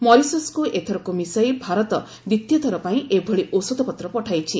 ମରିସସ୍କୁ ଏଥରକୁ ମିଶାଇ ଭାରତ ଦ୍ୱିତୀୟ ଥର ପାଇଁ ଏଭଳି ଔଷଧପତ୍ର ପଠାଇଛି